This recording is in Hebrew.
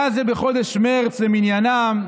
היה זה בחודש מרץ למניינם,